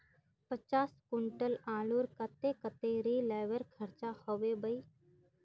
पचास कुंटल आलूर केते कतेरी लेबर खर्चा होबे बई?